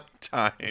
time